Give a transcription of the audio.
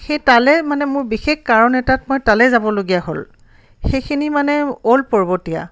সেই তালৈ মানে মোৰ বিশেষ কাৰণ এটাত মই তালে যাবলগীয়া হ'ল সেইখিনি মানে অল্ড পৰ্বতীয়া